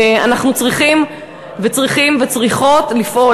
אנחנו צריכים וצריכות לפעול.